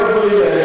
כל הדברים האלה,